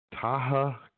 Taha